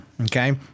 okay